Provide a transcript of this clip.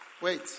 wait